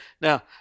Now